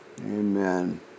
amen